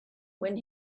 when